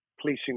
Policing